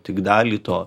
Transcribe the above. tik dalį to